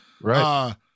Right